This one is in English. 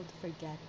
forget